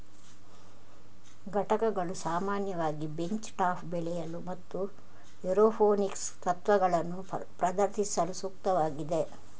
ಘಟಕಗಳು ಸಾಮಾನ್ಯವಾಗಿ bench top ಬೆಳೆಯಲು ಮತ್ತು ಏರೋಪೋನಿಕ್ಸ್ ತತ್ವಗಳನ್ನು ಪ್ರದರ್ಶಿಸಲು ಸೂಕ್ತವಾಗಿವೆ